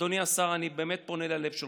אדוני השר, אני באמת פונה ללב שלך: